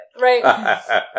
right